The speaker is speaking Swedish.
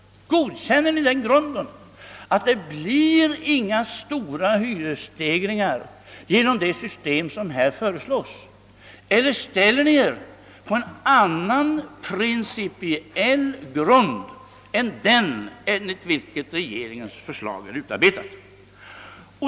Godkänner ni den grunden att det, genom det system som här föreslås, inte blir några stora hyresstegringar eller ställer ni er på en annan principiell grund än den från vilken regeringen utarbetat sitt förslag?